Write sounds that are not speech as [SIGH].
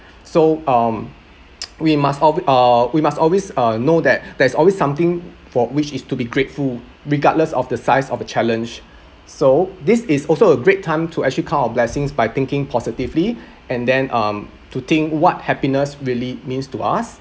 so um [NOISE] we must alway~ uh we must always uh know that there's always something for which is to be grateful regardless of the size of a challenge so this is also a great time to actually count our blessings by thinking positively and then um to think what happiness really means to us